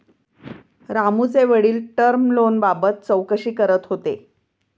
रामूचे वडील टर्म लोनबाबत चौकशी करत होते